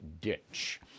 ditch